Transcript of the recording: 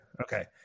Okay